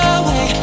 away